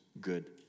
good